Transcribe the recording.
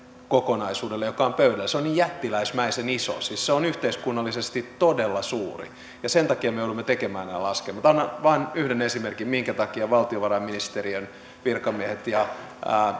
kokonaisuudelle joka on pöydällä se on niin jättiläismäisen iso siis se on yhteiskunnallisesti todella suuri ja sen takia me me joudumme tekemään nämä laskelmat annan vain yhden esimerkin minkä takia valtiovarainministeriön virkamiehet ja